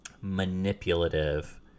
manipulative